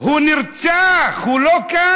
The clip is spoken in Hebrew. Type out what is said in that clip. הוא נרצח, הוא לא כאן.